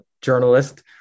journalist